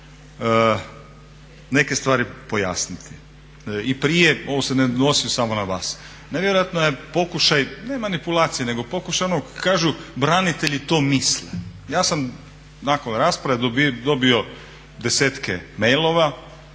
neke stvari pojasniti. I prije, ovo se ne odnosi samo na vas. Nevjerojatan je pokušaj, ne manipulacije, nego pokušaj onog kažu branitelji to misle. Ja sam nakon ove rasprave dobio desetke mailova